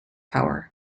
power